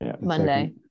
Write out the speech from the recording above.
Monday